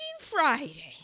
Friday